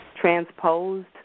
transposed